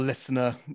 Listener